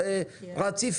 יכול להיות --- יש גם רציפות.